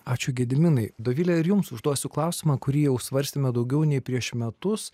ačiū gediminai dovile ir jums užduosiu klausimą kurį jau svarstėme daugiau nei prieš metus